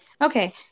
Okay